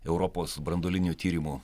europos branduolinių tyrimų